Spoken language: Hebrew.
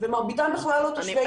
ומרביתם בכלל לא תושבי תל אביב.